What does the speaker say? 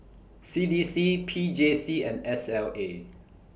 C D C P J C and S L A